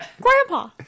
Grandpa